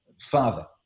father